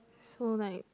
so like